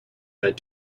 that